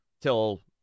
till